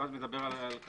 אתה מדבר על דברים